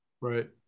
Right